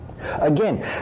Again